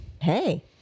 Hey